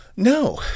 No